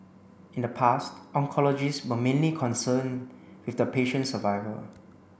in the past oncologists were mainly concerned with the patient survival